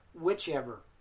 whichever